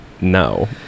no